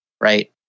right